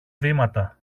βήματα